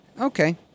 Okay